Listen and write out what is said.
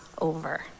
over